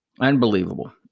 unbelievable